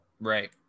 Right